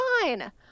fine